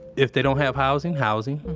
if they don't have housing, housing.